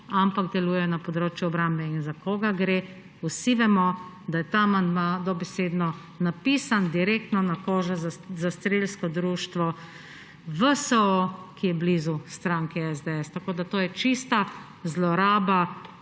ampak delujejo na področju obrambe. In za koga gre? Vsi vemo, da je ta amandma dobesedno napisan direktno na kožo za Strelsko društvo VSO, ki je blizu stranke SDS. To je čista zloraba